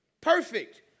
Perfect